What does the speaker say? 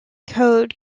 code